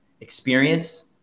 experience